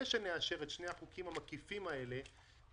את שני החוקים המקיפים האלה,